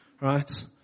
Right